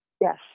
yes